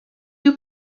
you